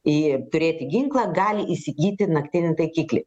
į turėti ginklą gali įsigyti naktinį taikiklį